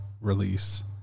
release